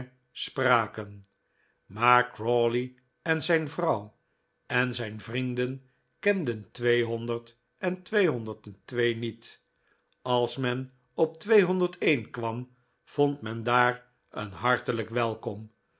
spraken maar crawley en zijn vrouw en zijn vrienden kenden en niet als men op kwam vond men daar een hartelijk welkom